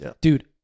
Dude